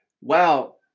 wow